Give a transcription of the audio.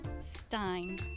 Stein